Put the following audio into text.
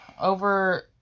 over